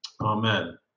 Amen